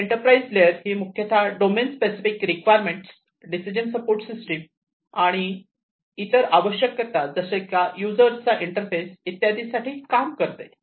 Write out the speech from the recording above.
तर enterprise layer ही मुख्यतः domain specific requirement decision support system आणि इतर आवश्यकता जसे की युजर्स चा इंटरफेस इत्यादी यासाठी काम करते